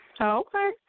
Okay